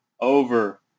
over